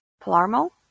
Palermo